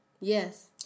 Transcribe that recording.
Yes